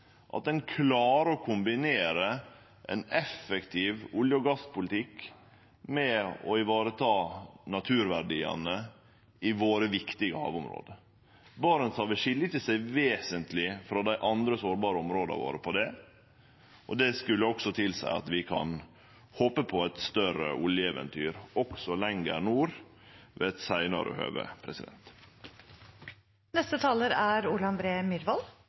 at ein klarer å kombinere ein effektiv olje- og gasspolitikk med å vareta naturverdiane i våre viktig havområde. Barentshavet skil seg ikkje vesentleg frå dei andre sårbare områda våre på det, og det skulle tilseie at vi kan håpe på eit større oljeeventyr også lenger nord ved eit seinare høve. De rike olje- og gassforekomstene på norsk kontinentalsokkel har vært og er